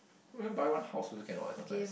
not even buy one house also cannot leh sometimes